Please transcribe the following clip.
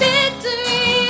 Victory